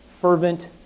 fervent